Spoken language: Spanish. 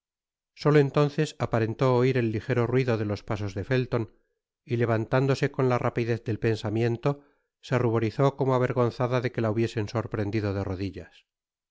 solo entonces aparentó oir el ligero ruido de los pasos de felton y levantándose con la rapidez del pensamiento se ruborizó como avergonzada de que la hubiese sorprendido de rodillas no